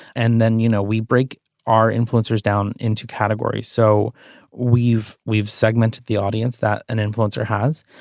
and then you know we break our influencers down into categories so we've we've segmented the audience that an influencer has.